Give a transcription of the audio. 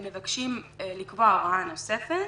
הם מבקשים לקבוע הוראה נוספת,